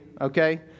okay